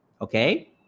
Okay